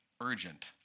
urgent